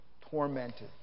Tormented